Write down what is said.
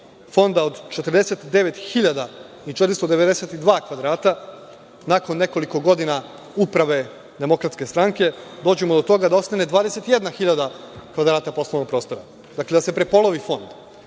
fonda od 49.492 kvadrata, nakon nekoliko godina uprave DS dođemo do toga da ostane 21 hiljada kvadrata poslovnog prostora, dakle, da se prepolovi fond?